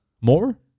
more